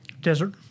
Desert